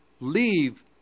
leave